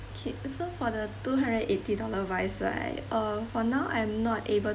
okay so for the two hundred and eighty dollar wise right uh for now I'm not able